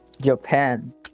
Japan